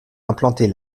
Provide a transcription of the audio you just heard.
implantés